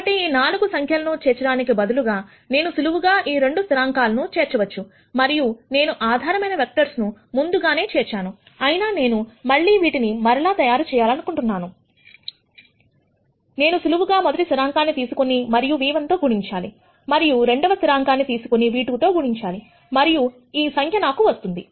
కాబట్టి ఈ 4 సంఖ్యలను చేర్చడానికి బదులుగా నేను సులువుగా ఈ 2 స్థిరాంకాలను చేర్చవచ్చు మరియు నేను ఆధారమైన వెక్టర్స్ ను ముందుగానే చేర్చాను అయినా నేను మళ్ళీ వీటిని మరల తయారు చేయాలనుకుంటున్నాను నేను సులువుగా మొదటి స్థిరాంకాన్ని తీసుకుని మరియు v1 తో గుణించాలి రెండవ స్థిరాంకాన్ని v 2 గుణించాలి మరియు ఈ సంఖ్య నాకు వస్తుంది